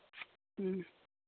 ᱦᱮᱸ